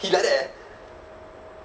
he like that eh